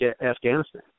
Afghanistan